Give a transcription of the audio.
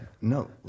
no